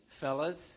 fellas